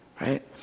right